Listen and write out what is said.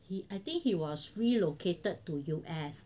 he I think he was relocated to U_S